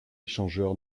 échangeur